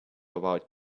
about